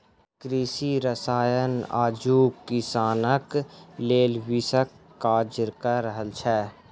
कृषि रसायन आजुक किसानक लेल विषक काज क रहल छै